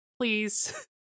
Please